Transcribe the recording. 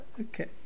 Okay